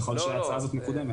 ככל שההצעה הזאת מקודמת.